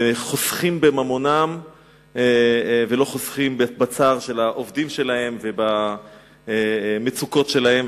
וחוסכים בממונם ולא חוסכים בצער של העובדים שלהם ובמצוקות שלהם.